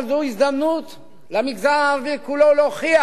אבל זו הזדמנות למגזר הערבי כולו להוכיח,